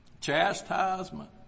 Chastisement